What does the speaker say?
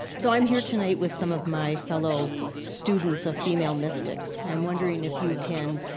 so i'm here tonight with some of my fellow students of female mystics. and i'm wondering if you can